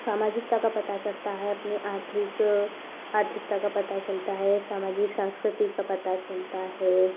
सामाजिकता का पता चलता है अपने आर्थिक आर्थिकता का पता चलता है सामाजिक सांस्कृतिक का पता चलता है